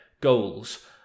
goals